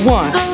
one